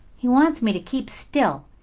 he wants me to keep still.